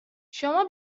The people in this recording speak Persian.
شما